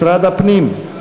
משרד הפנים,